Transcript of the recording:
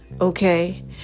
okay